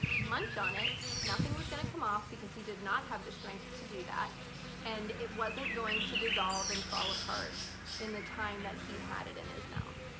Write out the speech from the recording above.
munch on it, nothing was gonna come off because he did not have the strength to do that and it wasn't going to dissolve and fall apart in the time that he had it in his mouth.